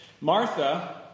Martha